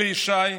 אלי ישי,